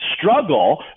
struggle